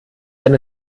wenn